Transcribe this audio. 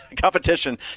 competition